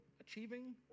achieving